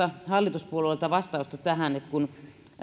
hallituspuolueilta vastausta tähän kun